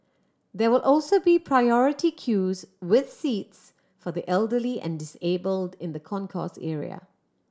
there will also be priority queues with seats for the elderly and disabled in the concourse area